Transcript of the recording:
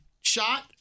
shot